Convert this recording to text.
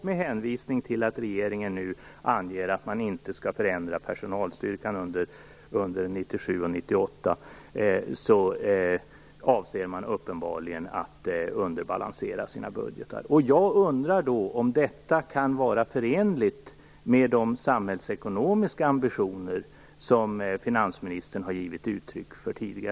Med hänvisning till att regeringen nu anger att de inte skall förändra personalstyrkan under 1997 och 1998 avser de uppenbarligen att underbalansera sina budgetar. Jag undrar om detta kan vara förenligt med de samhällsekonomiska ambitioner som finansministern har givit uttryck för tidigare.